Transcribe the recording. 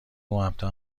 مهمتر